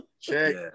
Check